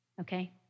okay